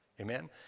Amen